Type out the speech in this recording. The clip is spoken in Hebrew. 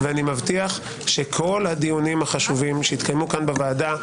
שכל הדיונים החשובים שיתקיימו כאן בוועדה,